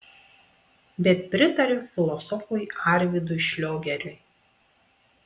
bet pritariu filosofui arvydui šliogeriui